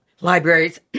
libraries